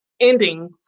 ending